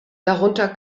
darunter